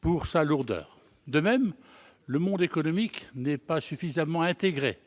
pour sa lourdeur. De même, le monde économique n'est pas suffisamment intégré